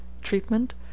Treatment